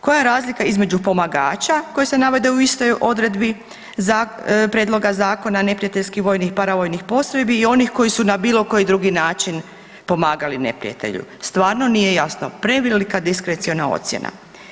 Koja je razlika između pomagača koji se navode u istoj odredbi prijedloga zakona neprijateljskih vojnih i paravojnih postrojbi i onih koji su na bilo koji drugi način pomagali neprijatelju, stvarna nije jasno, prevelika diskreciona ocjena.